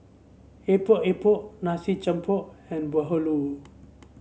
Epok Epok nasi jampur and bahulu